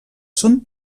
són